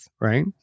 right